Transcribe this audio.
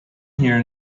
here